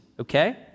okay